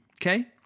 okay